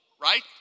right